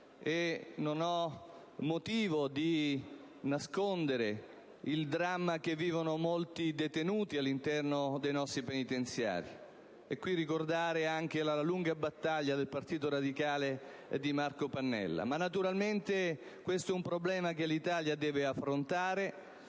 e non ho motivo di nascondere - il dramma che vivono molti detenuti all'interno dei nostri penitenziari. Vorrei ricordare, a questo proposito, la lunga battaglia del Partito radicale di Marco Pannella. Naturalmente questo è un problema che l'Italia deve affrontare,